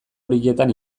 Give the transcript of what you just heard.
horietan